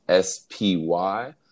SPY